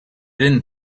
didn’t